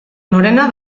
norena